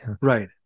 right